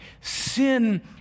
Sin